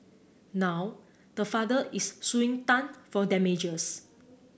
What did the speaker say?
now the father is suing Tan for damages